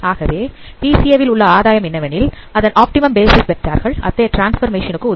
ஆகவே பிசிஏ உள்ள ஆதாயம் என்னவெனில் அதன் ஆப்டிமம் பேசிஸ் வெக்டார் கள் அத்தகைய டிரான்ஸ்பர்மெஷினுக்கு உதவும்